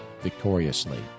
victoriously